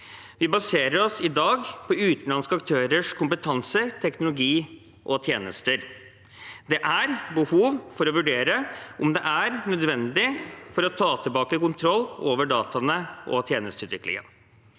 Vi baserer oss i dag på utenlandske aktørers kompetanse, teknologi og tjenester. Det er behov for å vurdere om det er nødvendig å ta tilbake kontroll over dataene og tjenesteutviklingen.